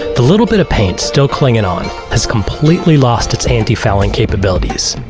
the little bit of paint still clinging on has completely lost its antifouling capabilities,